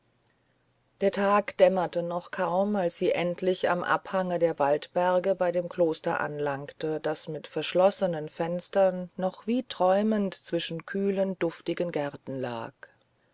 der tag dämmerte noch kaum als sie endlich am abhange der waldberge bei dem kloster anlangte das mit verschlossenen fenstern noch wie träumend zwischen kühlen duftigen gärten lag